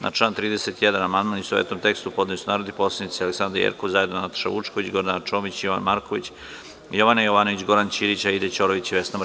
Na član 31. amandman u istovetnom tekstu podneli su narodni poslanici Aleksandra Jerkov, zajedno Nataša Vučković, Gordana Čomić, Jovan Marković, Jovana Jovanović, Goran Ćirić, Aida Ćorović i Vesna Martinović.